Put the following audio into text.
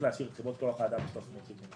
להשאיר את חברות כוח האדם ב-370 שקל.